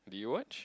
did you watch